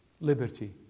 liberty